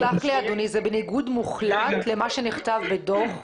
אבל זה בניגוד מוחלט למה שנכתב בדוח.